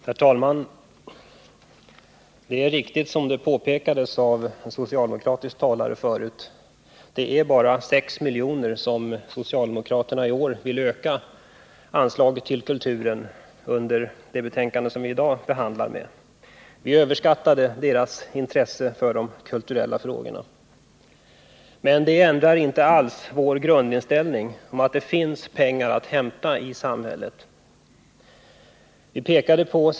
Herr talman! Det är riktigt att det, som det tidigare påpekades av en socialdemokratisk talare, bara är 6 milj.kr. som socialdemokraterna i år vill öka anslagen med till de kulturändamål som behandlas i detta betänkande. Vi överskattade socialdemokraternas intresse för de kulturella frågorna. Men det ändrar inte vår grundinställning att det finns pengar att hämta i samhället. C.-H.